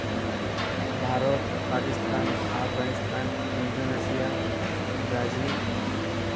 Bharat Pakistan Afghanistan Indonesia Brazil